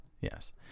yes